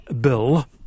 Bill